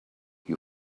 you